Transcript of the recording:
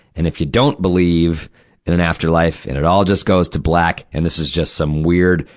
and if you don't believe in an afterlife, and it all just goes to black, and this is just some weird,